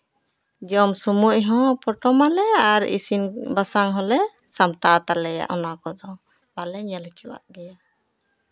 ᱡᱚᱢ ᱥᱚᱢᱚᱭ ᱦᱚᱸ ᱯᱚᱴᱚᱢᱟᱞᱮ ᱟᱨ ᱤᱥᱤᱱ ᱵᱟᱥᱟᱝ ᱦᱚᱸᱞᱮ ᱥᱟᱢᱴᱟᱣ ᱛᱟᱞᱮᱭᱟ ᱚᱱᱟ ᱠᱚᱫᱚ ᱵᱟᱞᱮ ᱧᱮᱞ ᱦᱚᱪᱚᱣᱟᱜ ᱜᱮᱭᱟ